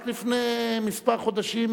רק לפני כמה חודשים,